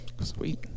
sweet